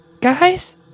Guys